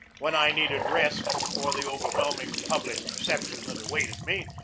when i needed rest before the overwhelming public reception that awaited me,